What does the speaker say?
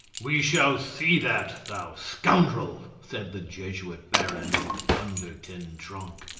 we shall see that, thou scoundrel! said the jesuit baron de thunder-ten-tronckh,